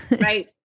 Right